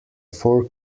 four